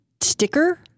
sticker